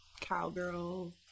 cowgirl